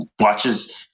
watches